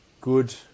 good